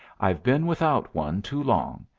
i've been without one too long,